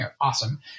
awesome